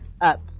up